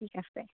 ঠিক আছে